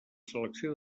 selecció